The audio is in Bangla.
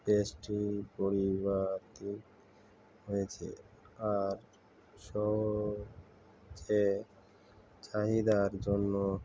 হয়েছে আর সবচেয়ে চাহিদার জন্য